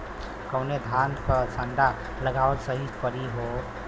कवने धान क संन्डा लगावल सही परी हो?